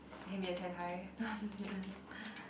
I can be a tai-tai now I also feel Anne